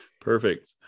perfect